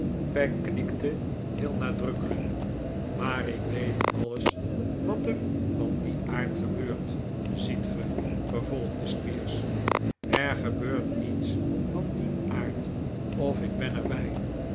peg knikte heel nadrukkelijk maar ik weet alles wat er van dien aard gebeurt ziet ge vervolgde squeers er gebeurt niets van dien aard of ik ben er